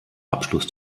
abschluss